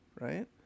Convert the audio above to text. right